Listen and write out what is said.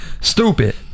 stupid